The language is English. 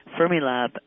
Fermilab